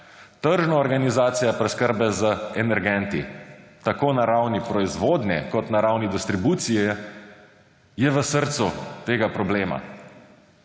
Tržna organizacija preskrbe z energenti tako na ravni proizvodnje kot na ravni distribucije je v srcu tega problema.